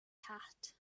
cat